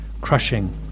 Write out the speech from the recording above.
crushing